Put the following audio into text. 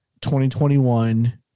2021